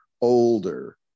older